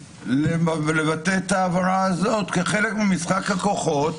לבטא את ההעברה הזאת כחלק ממשחק הכוחות